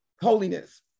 holiness